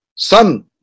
Son